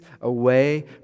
away